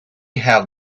have